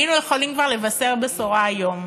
היינו יכולים כבר לבשר בשורה היום.